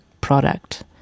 product